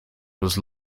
was